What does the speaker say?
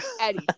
Eddie